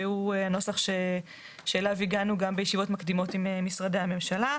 שהוא נוסח שאליו הגענו גם בישיבות מקדימות עם משרדי הממשלה.